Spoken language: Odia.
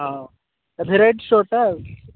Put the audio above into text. ହଉ ଭେରାଇଟ୍ ଷ୍ଟୋର୍ଟା ଆଉ